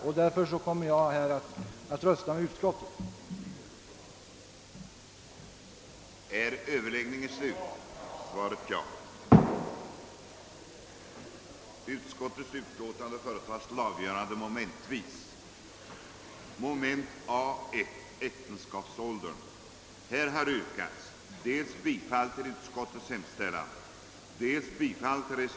Även av det skälet kommer jag således att rösta på utskottets förslag.